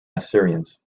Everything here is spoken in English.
assyrians